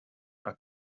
are